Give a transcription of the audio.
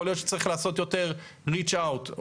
יכול להיות שצריך לעשות יותר reach out.